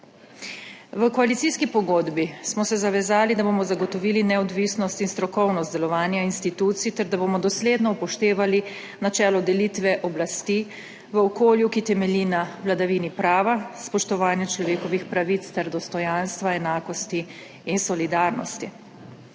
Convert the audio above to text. V koalicijski pogodbi smo se zavezali, da bomo zagotovili neodvisnost in strokovnost delovanja institucij ter da bomo dosledno upoštevali načelo delitve oblasti v okolju, ki temelji na vladavini prava, spoštovanju človekovih pravic ter dostojanstva, enakosti in solidarnosti.